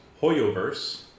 HoYoverse